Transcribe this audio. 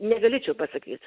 negalėčiau pasakyt